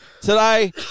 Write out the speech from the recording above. today